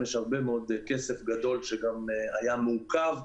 יש כסף גדול שגם היה מעוכב.